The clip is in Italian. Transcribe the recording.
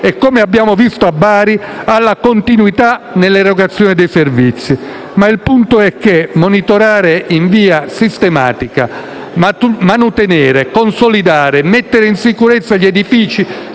e, come abbiamo visto a Bari, alla continuità nell'erogazione dei servizi. Ma il punto è che monitorare in via sistematica, manutenere, consolidare, mettere in sicurezza gli edifici